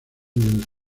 del